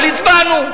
אבל הצבענו.